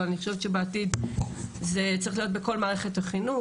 אבל אני חושבת שבעתיד זה צריך להיות בכל מערכת החינוך.